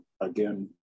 again